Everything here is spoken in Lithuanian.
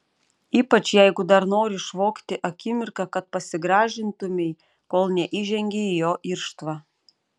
ypač jeigu dar nori išvogti akimirką kad pasigražintumei kol neįžengei į jo irštvą